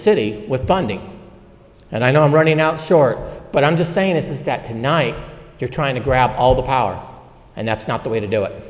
city with funding and i know i'm running short but i'm just saying this is that tonight you're trying to grab all the power and that's not the way to do it